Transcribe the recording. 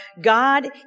God